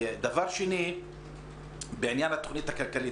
דבר שני, בעניין התכנית הכלכלית.